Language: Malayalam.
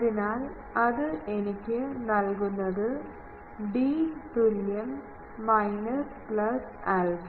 അതിനാൽ അത് എനിക്ക് നൽകുന്നത് d തുല്യം മൈനസ് പ്ലസ് ആൽഫ